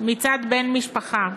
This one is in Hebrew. מצד בן משפחה,